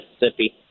Mississippi